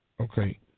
Okay